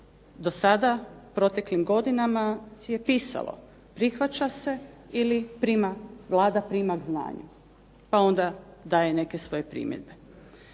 do sada u proteklim godinama je pisalo, prihvaća se ili Vlada prima k znanju pa onda daje neke svoje primjedbe.